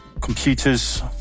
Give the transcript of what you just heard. computers